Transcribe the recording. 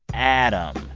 adam,